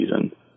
season